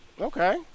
Okay